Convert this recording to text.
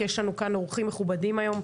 כי יש לנו כאן אורחים מכובדים היום.